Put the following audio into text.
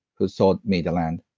who sold me the land,